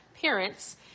parents